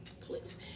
please